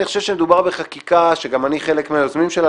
אני חושב שמדובר בחקיקה שגם אני חלק מהיוזמים שלה,